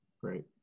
Great